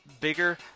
bigger